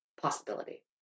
possibility